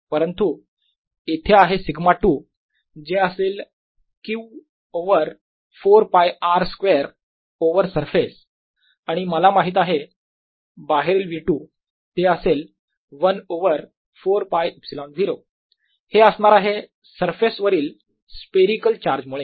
परंतु इथे आहे σ2 जे असेल Q over 4 π r square over surface आणि मला माहित आहे बाहेरील V2 ते असेल 1 ओवर 4 πε0 हे असणार आहे सरफेस वरील स्पेरीकल चार्ज मुळे